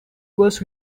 was